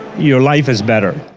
your life is better.